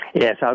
Yes